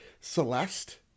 Celeste